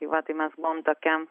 tai va tai mes buvom tokiam